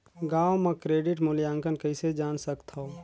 गांव म क्रेडिट मूल्यांकन कइसे जान सकथव?